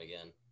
again